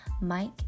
Mike